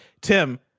Tim